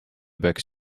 peaks